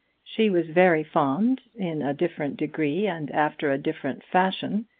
she was very fond, in a different degree and after a different fashion,